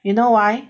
you know why